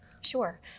Sure